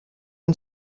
une